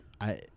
I-